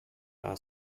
are